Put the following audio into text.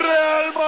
Real